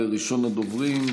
וראשון הדוברים,